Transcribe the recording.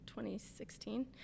2016